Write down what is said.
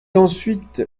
ensuite